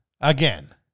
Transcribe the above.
again